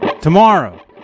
Tomorrow